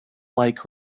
like